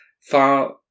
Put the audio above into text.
Far